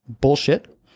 Bullshit